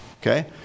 okay